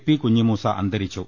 P കുഞ്ഞിമുസാഅന്തരിച്ചു